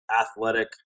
athletic